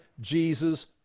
Jesus